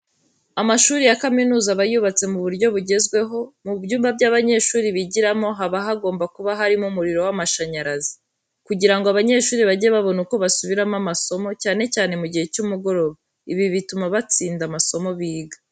Amashuri ya kaminuza aba yubatse mu buryo bugezweho. Mu byumba abanyeshuri bigiramo, haba hagomba kuba harimo umuriro w'amashanyarazi, kugira ngo abanyeshuri bajye babona uko basubiramo amasomo, cyane cyane mu gihe cy'umugoroba. Ibi bituma batsinda amasomo biga.